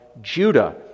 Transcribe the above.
Judah